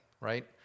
right